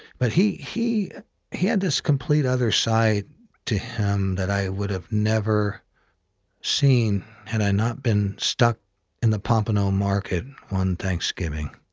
but he he had this complete other side to him that i would have never seen had i not been stuck in the pompano market one thanksgiving.